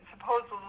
supposedly